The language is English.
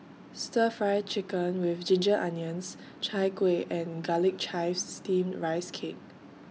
Stir Fry Chicken with Ginger Onions Chai Kueh and Garlic Chives Steamed Rice Cake